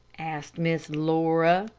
asked miss laura.